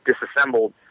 Disassembled